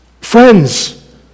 Friends